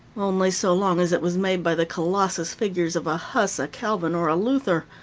only so long as it was made by the colossal figures of a huss, a calvin, or a luther.